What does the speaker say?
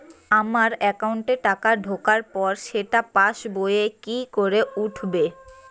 আমার একাউন্টে টাকা ঢোকার পর সেটা পাসবইয়ে কি করে উঠবে?